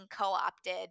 co-opted